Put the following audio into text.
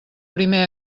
primer